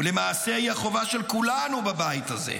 ולמעשה היא החובה של כולנו בבית הזה,